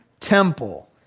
temple